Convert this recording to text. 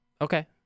Okay